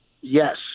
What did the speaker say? yes